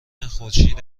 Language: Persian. خورشید